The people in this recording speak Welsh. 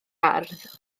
ardd